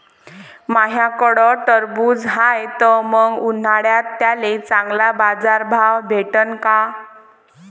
माह्याकडं टरबूज हाये त मंग उन्हाळ्यात त्याले चांगला बाजार भाव भेटन का?